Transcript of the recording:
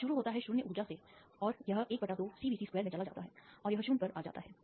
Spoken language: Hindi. यह शुरू होता है 0 ऊर्जा के साथ और यह ½CVc2 में चला जाता है और यह 0 पर आ जाता है